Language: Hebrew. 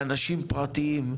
לאנשים פרטיים,